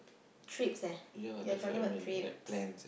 trips eh you're talking about trips